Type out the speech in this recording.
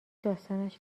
داستانش